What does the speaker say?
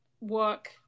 work